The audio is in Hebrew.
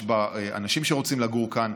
יש בה אנשים שרוצים לגור כאן,